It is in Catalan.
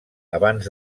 abans